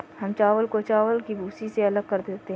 हम चावल को चावल की भूसी से अलग करते हैं